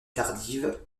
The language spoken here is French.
tardive